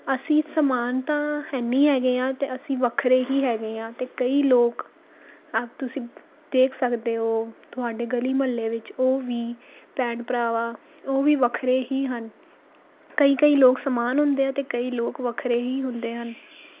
ਅਸੀਂ ਸਮਾਨ ਤਾਂ ਹੈ ਨੀ ਹੈਗੇ ਹਾਂ ਅਤੇ ਅਸੀਂ ਵੱਖਰੇ ਹੀ ਹੈਗੇ ਹਾਂ ਅਤੇ ਕਈ ਲੋਕ ਆਹ ਤੁਸੀਂ ਦੇਖ ਸਕਦੇ ਹੋ ਤੁਹਾਡੇ ਗਲੀ ਮੁਹੱਲੇ ਵਿੱਚ ਉਹ ਵੀ ਭੈਣ ਭਰਾਵਾਂ ਉਹ ਵੀ ਵੱਖਰੇ ਹੀ ਹਨ ਕਈ ਕਈ ਲੋਕ ਸਮਾਨ ਹੁੰਦੇ ਆ ਅਤੇ ਕਈ ਲੋਕ ਵੱਖਰੇ ਹੀ ਹੁੰਦੇ ਹਨ